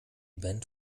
band